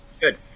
Good